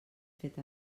fet